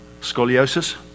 Scoliosis